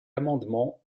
amendement